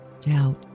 doubt